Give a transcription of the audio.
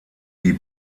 die